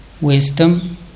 Wisdom